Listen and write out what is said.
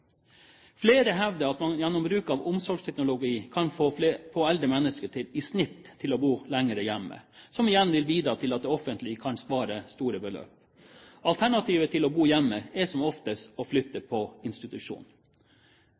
Flere hevder at man gjennom bruk av omsorgsteknologi kan få eldre mennesker til i snitt å bo lenger hjemme, noe som igjen vil bidra til at det offentlige kan spare store beløp. Alternativet til å bo hjemme er som oftest å flytte på institusjon.